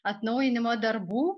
atnaujinimo darbų